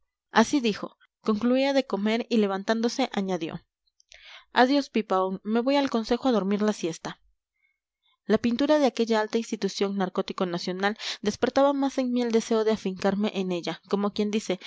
así dijo concluía de comer y levantándose añadió adiós pipaón me voy al consejo a dormir la siesta la pintura de aquella alta institución narcótico nacional despertaba más en mí el deseo de afincarme en ella como quien dice